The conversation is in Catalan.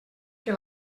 que